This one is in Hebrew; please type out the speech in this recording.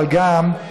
אבל גם,